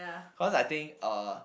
cause I think uh